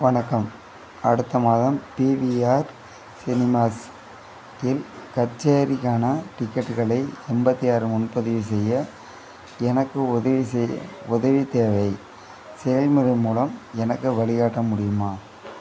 வணக்கம் அடுத்த மாதம் பிவிஆர் சினிமாஸ் இல் கச்சேரிக்கான டிக்கெட்டுகளை எண்பத்தி ஆறு முன்பதிவு செய்ய எனக்கு உதவி செய் உதவி தேவை செயல்முறை மூலம் எனக்கு வழிகாட்ட முடியுமா